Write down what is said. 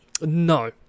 No